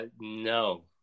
no